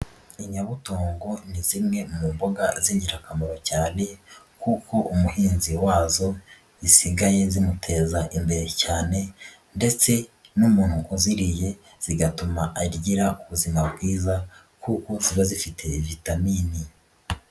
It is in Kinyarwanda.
Inyabutongo ni zimwe mu mboga z'ingirakamaro cyane, kuko umuhinzi wazo zisigaye zimuteza imbere cyane ndetse n'umuntu wa uziriye bigatuma agira ubuzima bwiza kuko ziba zifite vitamini.